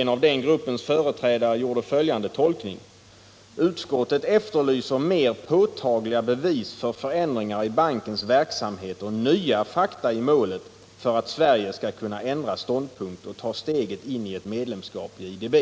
En av den gruppens företrädare gjorde följande tolkning: ”Utskottet efterlyser mer påtagliga bevis för förändringar i bankens verksamhet och nya fakta i målet för att Sverige skall kunna ändra ståndpunkt och ta steget in i ett medlemskap i IDB.”